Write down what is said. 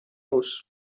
los